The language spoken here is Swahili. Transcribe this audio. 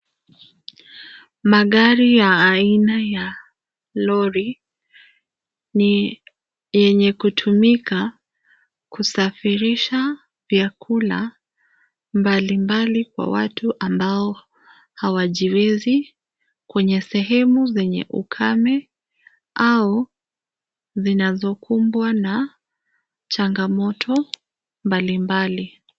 Magari ya aina ya lori, ni yenye kutumika kusafirisha vyakula mbalimbali kwa watu ambao hawajiwezi, kwenye sehemu zenye ukame, au zinazokumbwa na changamoto mbalimbali.